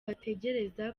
bategereza